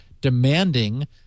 demanding